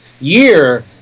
year